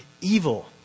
evil